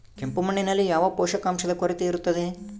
ಕೆಂಪು ಮಣ್ಣಿನಲ್ಲಿ ಯಾವ ಪೋಷಕಾಂಶದ ಕೊರತೆ ಇರುತ್ತದೆ?